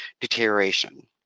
deterioration